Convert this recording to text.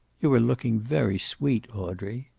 you are looking very sweet, audrey.